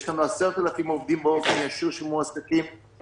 יש לנו 10,000 עובדים שמועסקים באופן ישיר,